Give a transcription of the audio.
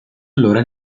allora